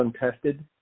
untested